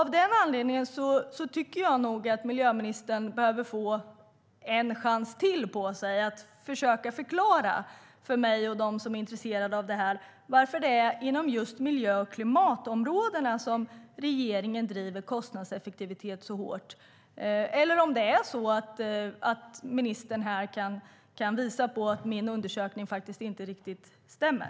Jag tycker att miljöministern bör få en chans till att försöka förklara varför det är inom just miljö och klimatområdena som regeringen driver kostnadseffektivitet så hårt. Eller kan ministern visa att min undersökning inte stämmer?